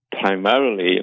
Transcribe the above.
primarily